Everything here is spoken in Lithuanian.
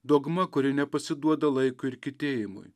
dogma kuri nepasiduoda laikui ir kitėjimui